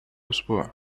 أسبوع